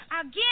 Again